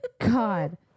god